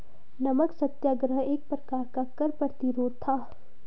नमक सत्याग्रह एक प्रकार का कर प्रतिरोध था